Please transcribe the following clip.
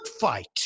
fight